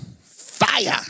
Fire